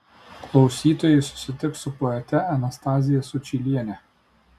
klausytojai susitiks su poete anastazija sučyliene